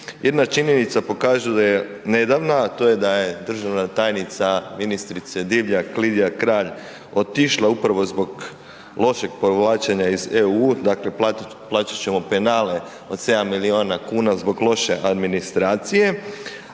Jedna činjenica pokazuje nedavna a to je da je državna tajnica ministrice Divjak, Lidija Kralj otišla upravo zbog lošeg povlačenja iz EU, dakle plaćat ćemo penale od 7 milijuna kuna zbog loše administracije